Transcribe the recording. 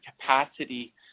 capacity